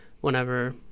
whenever